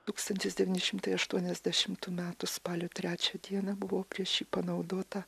tūkstantis devyni šimtai aštuoniasdešimtų metų spalio trečią dieną buvo prieš jį panaudota